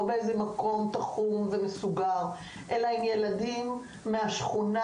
עם ילדים מהשכונה